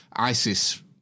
Isis